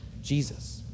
Jesus